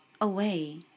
away